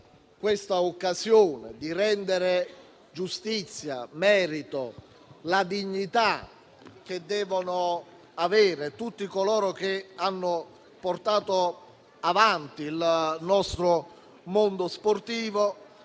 questa occasione di rendere giustizia, merito e dignità a tutti coloro che hanno portato avanti il nostro mondo sportivo